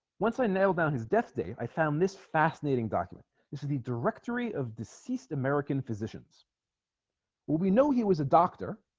once i nailed down his death date i found this fascinating document this is the directory of deceased american physicians well we know he was a doctor